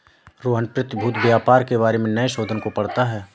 रोहन प्रतिभूति व्यापार के बारे में नए शोध को पढ़ता है